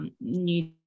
new